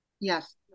Yes